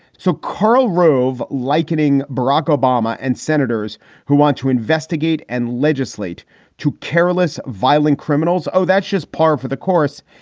so karl rove likening barack obama and senators who want to investigate and legislate to careless violent criminals. oh, that's just par for the course.